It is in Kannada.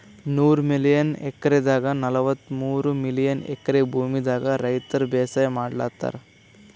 ನೂರ್ ಮಿಲಿಯನ್ ಎಕ್ರೆದಾಗ್ ನಲ್ವತ್ತಮೂರ್ ಮಿಲಿಯನ್ ಎಕ್ರೆ ಭೂಮಿದಾಗ್ ರೈತರ್ ಬೇಸಾಯ್ ಮಾಡ್ಲತಾರ್